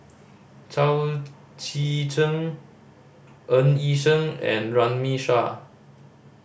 Chao Tzee Cheng Ng Yi Sheng and Runme Shaw